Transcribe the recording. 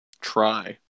try